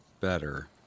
better